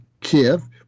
Kiev